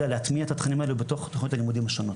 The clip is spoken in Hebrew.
אלא להטמיע את התכנים האלה בתוך תוכנית הלימודים השונות,